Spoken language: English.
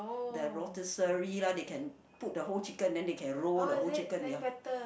the rotisserie lah they can put the whole chicken then they can roll the whole chicken ya